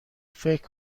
فکر